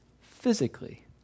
physically